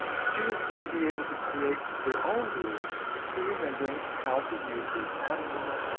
students may be able to create their own rules for remembering how to use these articles.